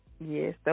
Yes